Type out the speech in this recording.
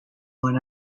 won